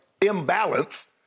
imbalance